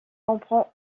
comprend